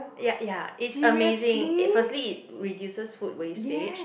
ya ya it's amazing firstly it reduces food wastage